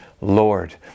Lord